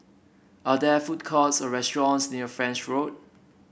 are there food courts or restaurants near French Road